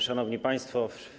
Szanowni Państwo!